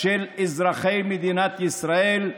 של אזרחי מדינת ישראל: